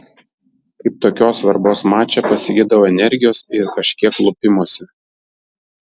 kaip tokios svarbos mače pasigedau energijos ir kažkiek lupimosi